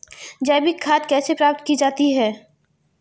जैविक खाद कैसे प्राप्त की जाती है?